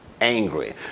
angry